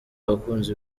abakunzi